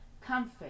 Comfort